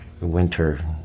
winter